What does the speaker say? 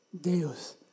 Deus